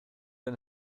der